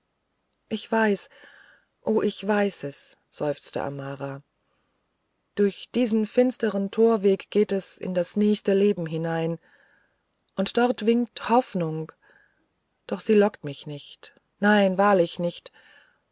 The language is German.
ich weiß o ich weiß es seufzte amara durch diesen finsteren torweg geht es in das nächste leben hinein und dort winkt hoffnung doch sie lockt mich nicht nein wahrlich nicht